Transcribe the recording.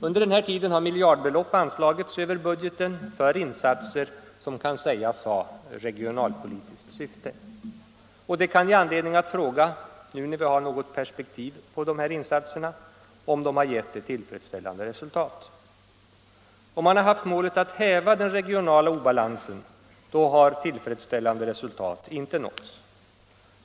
Under den här tiden har miljardbelopp anslagits över budgeten för insatser som kan sägas ha regionalpolitiskt syfte. Det ger oss anledning fråga — nu när vi har något perspektiv på dessa insatser — om de har givit ett tillfredsställande resultat. Om man har haft målet att häva den regionala obalansen, har tillfredsställande resultat inte nåtts.